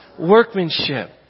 workmanship